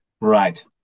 right